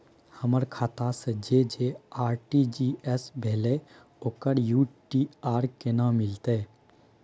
हमर खाता से जे आर.टी.जी एस भेलै ओकर यू.टी.आर केना मिलतै?